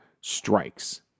strikes